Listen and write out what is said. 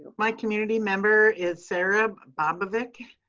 my community member is sarah babovic.